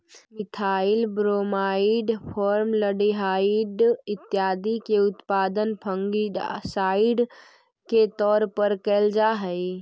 methyl bromide, formaldehyde इत्यादि के उपयोग फंगिसाइड के तौर पर कैल जा हई